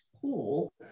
pool